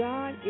God